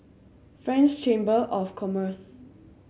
French Chamber of Commerce